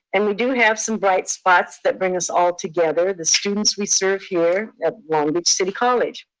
and we do have some bright spots that bring us all together. the students we serve here at long beach city college.